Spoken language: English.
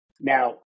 now